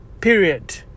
period